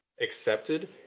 accepted